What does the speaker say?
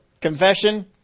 Confession